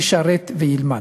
ישרת וילמד.